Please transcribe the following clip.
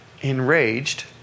enraged